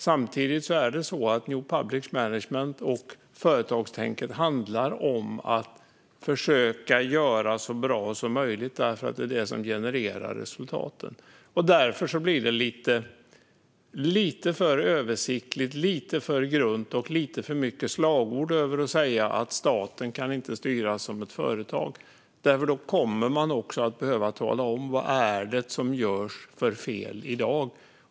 Samtidigt handlar new public management och företagstänket om att försöka göra det så bra som möjligt därför att det är vad som genererar resultat. Det blir därför lite för översiktligt, lite för grunt och lite för mycket slagord när man säger att staten inte kan styras som ett företag. Då kommer man också att behöva tala om vilka fel som görs i dag.